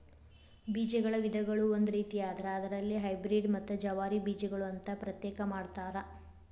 ಬೇಜಗಳ ವಿಧಗಳು ಒಂದು ರೇತಿಯಾದ್ರ ಅದರಲ್ಲಿ ಹೈಬ್ರೇಡ್ ಮತ್ತ ಜವಾರಿ ಬೇಜಗಳು ಅಂತಾ ಪ್ರತ್ಯೇಕ ಮಾಡತಾರ